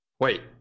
wait